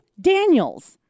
Daniels